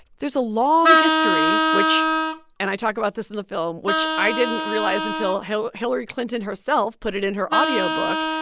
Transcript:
there's a long history which and i talk about this in the film which i didn't realize until how hillary clinton herself put it in her audio book,